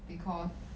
because